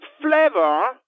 flavor